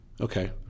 Okay